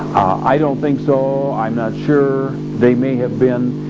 i don't think so, i'm not sure, they may have been,